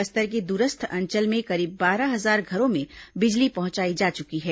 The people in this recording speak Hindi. बस्तर के दूरस्थ अंचल में करीब बारह हजार घरों में बिजली पहुंचाई जा चुकी है